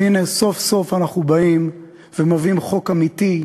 והנה, סוף-סוף אנחנו באים ומביאים חוק אמיתי,